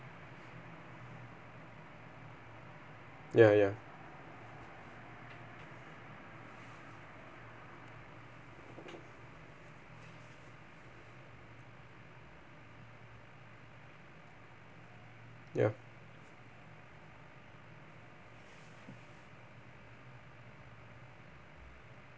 ya ya ya